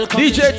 dj